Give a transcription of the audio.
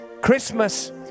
Christmas